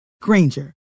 Granger